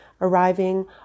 arriving